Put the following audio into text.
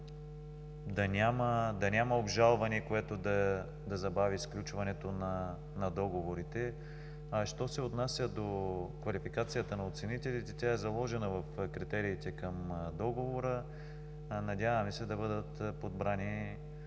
да няма обжалвания, което да забави сключването на договорите. Що се отнася до квалификацията на оценителите, тя е заложена в критериите към договора. Надявам се да бъдат подбрани